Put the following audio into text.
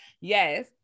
Yes